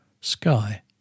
sky